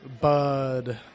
Bud